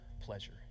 pleasure